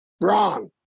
Wrong